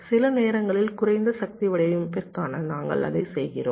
சில நேரங்களில் குறைந்த சக்தி வடிவமைப்பிற்காக நாங்கள் அதை செய்கிறோம்